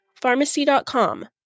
pharmacy.com